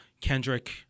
Kendrick